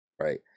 right